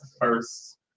first